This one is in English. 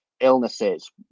illnesses